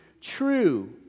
true